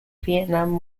vietnam